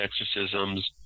exorcisms